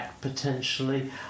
Potentially